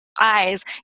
eyes